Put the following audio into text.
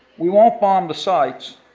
we won't bomb the sites,